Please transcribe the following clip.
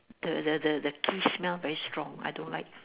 the the the the ghee smell very strong I don't like